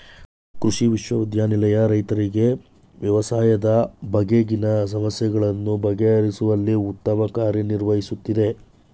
ಕೃಷಿ ವಿಶ್ವವಿದ್ಯಾನಿಲಯ ರೈತರಿಗೆ ವ್ಯವಸಾಯದ ಬಗೆಗಿನ ಸಮಸ್ಯೆಗಳನ್ನು ಬಗೆಹರಿಸುವಲ್ಲಿ ಉತ್ತಮ ಕಾರ್ಯ ನಿರ್ವಹಿಸುತ್ತಿದೆ